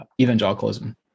evangelicalism